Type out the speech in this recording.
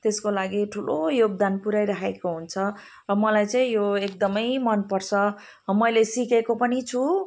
त्यसको लागि ठुलो योगदान पुऱ्याइरहेको हुन्छ र मलाई चाहिँ यो एकदमै मनपर्छ मैले सिकेको पनि छु